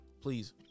please